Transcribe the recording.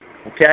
Okay